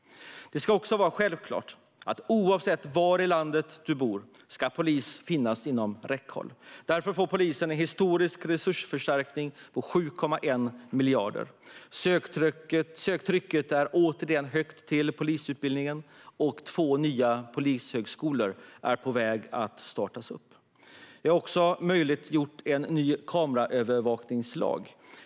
Det ska också vara självklart att oavsett var i landet du bor ska polis finnas inom räckhåll. Därför får polisen en historisk resursförstärkning på 7,1 miljarder. Söktrycket är högt återigen till polisutbildningen, och två nya polishögskolor är på väg att startas. Vi har också möjliggjort en ny kameraövervakningslag.